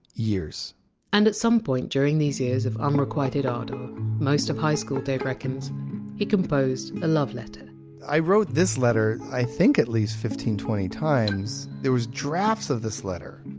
years and at some point during these years of unrequited ardour most of high school, dave reckons he composed a love letter i wrote this letter, i think, at least fifteen, twenty times. there were drafts of this letter.